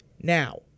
Now